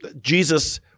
Jesus